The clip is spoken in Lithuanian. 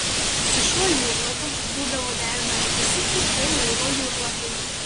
su šiuo jūrlapiu būdavo derinami visi kiti laivo jūrlapiai